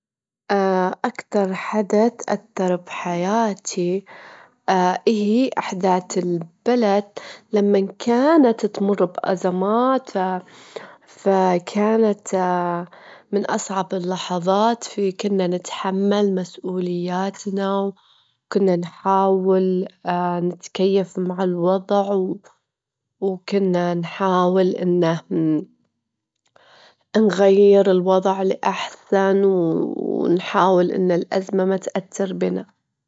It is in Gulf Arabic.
ما في طريقة مضمونة عشان أتأكد إن اللي أشوفه دة الشي حقيقي، لكن أعتقد إنه لو كنت جادرة إني أتفاعل مع العالم بشكل طبيعي، وأجدر ءأثر فيه هذا يدل على إنه ما تعيشينه هو شي حقيقي.